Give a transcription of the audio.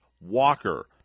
Walker